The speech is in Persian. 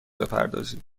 بپردازید